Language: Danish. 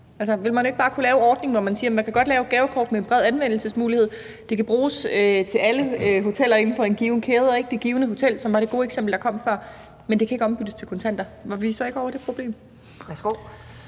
Vil man ikke bare kunne lave en ordning, hvor man siger, at man godt kan lave et gavekort med en bred anvendelsesmulighed, som kan bruges til alle hoteller inden for en given kæde og ikke det givne hotel, som var det gode eksempel, der kom før, men at det ikke kan ombyttes til kontanter? Var vi så ikke ude over det problem?